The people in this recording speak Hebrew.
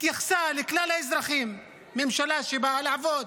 התייחסה לכלל האזרחים, ממשלה שבאה לעבוד